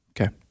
Okay